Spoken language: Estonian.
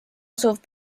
asuv